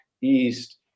east